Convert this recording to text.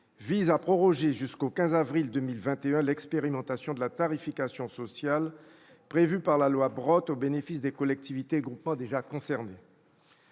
vise à proroger jusqu'au 15 avril 2021 l'expérimentation de la tarification sociale prévue par la loi Brottes au bénéfice des collectivités territoriales et groupements déjà concernés.